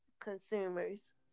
consumers